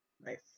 Nice